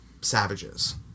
savages